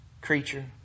creature